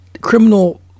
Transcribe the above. criminal